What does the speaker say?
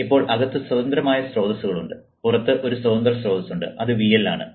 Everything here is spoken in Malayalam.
ഇപ്പോൾ അകത്ത് സ്വതന്ത്രമായ സ്രോതസ്സുകളുണ്ട് പുറത്ത് ഒരു സ്വതന്ത്ര സ്രോതസ്സുണ്ട് അത് VL ആണ്